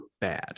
bad